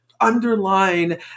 underline